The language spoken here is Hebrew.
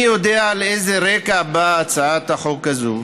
איני יודע על איזה רקע באה הצעת החוק הזו,